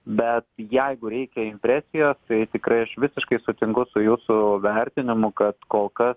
bet jeigu reikia impresijos tai tikrai aš visiškai sutinku su jūsų vertinimu kad kol kas